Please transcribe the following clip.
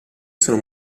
sono